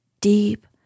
deep